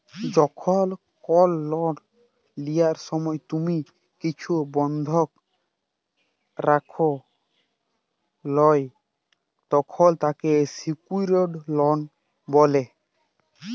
যখল কল লন লিয়ার সময় তুমি কিছু বনধক রাখে ল্যয় তখল তাকে স্যিক্যুরড লন বলে